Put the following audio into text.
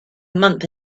month